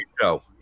show